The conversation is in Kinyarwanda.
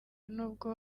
n’ubwo